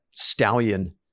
stallion